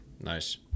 nice